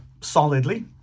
solidly